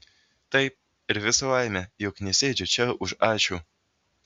taip ir visa laimė juk nesėdžiu čia už ačiū